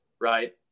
right